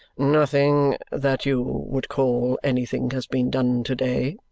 nothing that you would call anything has been done to-day,